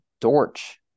Dortch